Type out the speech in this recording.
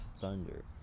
thunder